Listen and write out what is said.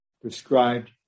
prescribed